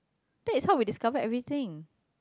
that is how we discover everything